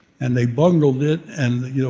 and they bungled it, and yeah